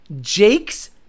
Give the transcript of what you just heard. Jake's